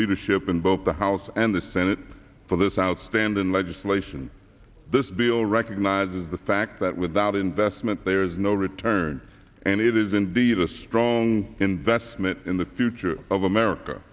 leadership in both the house and the senate for this outstanding legislation this bill recognizes the fact that without investment there is no return and it is indeed a strong investment in the future of america